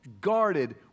guarded